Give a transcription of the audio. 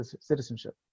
citizenship